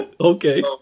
okay